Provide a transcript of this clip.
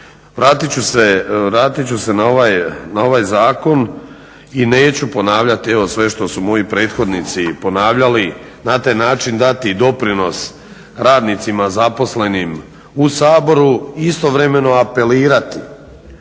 Vratit ću se na ovaj zakon i neću ponavljati sve što su moji prethodnici ponavljali, na taj način dati doprinos radnicima zaposlenim u Saboru, istovremeno apelirati